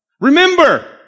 Remember